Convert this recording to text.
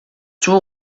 tour